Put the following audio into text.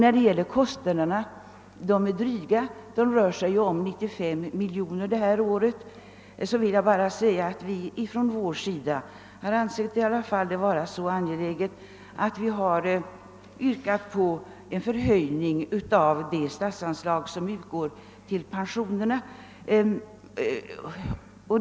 Beträffande kostnaderna för reformen som är dryga — de uppgår till 95 miljoner kronor för detta år — vill jag säga att vi från vårt håll ansett denna fråga vara så angelägen att vi yrkat på en motsvarande förhöjning av det statsanslag som utgår till folkpensionering en.